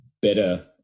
better